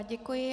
Děkuji.